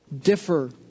differ